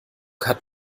hat